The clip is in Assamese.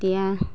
এতিয়া